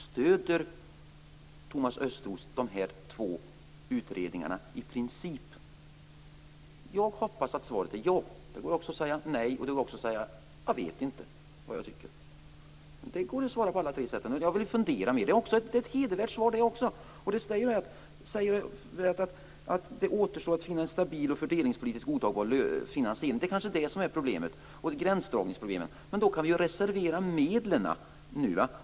Stöder Thomas Östros de här två utredningarna i princip? Jag hoppas att svaret är ja. Det går också att säga nej. Det går också att säga: Jag vet inte vad jag tycker. Det går att svara på alla tre sätten. Jag vill fundera mer - det är också ett hedervärt svar. Det sägs ju här att det återstår att finna en stabil och fördelningspolitiskt godtagbar finansiering. Det kanske är det som är problemet. Det kanske finns gränsdragningsproblem. Men då kan vi ju reservera medlen nu.